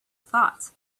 thought